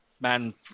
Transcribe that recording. man